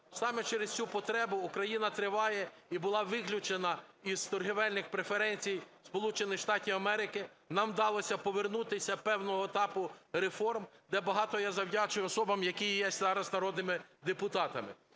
Саме цю потребу Україна триває… і була виключена із торгівельних преференцій Сполучених Штатів Америки. Нам вдалося повернутися певного етапу реформ, де багато я завдячую особам, які є зараз народними депутатами.